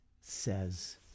says